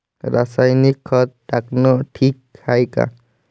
रासायनिक खत टाकनं ठीक हाये का?